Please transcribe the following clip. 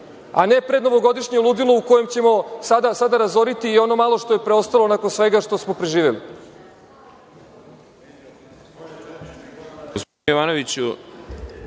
a ne prednovogodišnje ludilo u kojem ćemo sada razoriti i ono malo što je preostalo nakon svega što smo preživeli.